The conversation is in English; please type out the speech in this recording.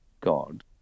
God